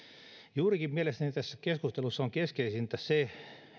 mielestäni tässä keskustelussa on keskeisintä juurikin se